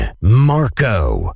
Marco